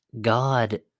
God